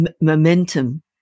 momentum